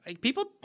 People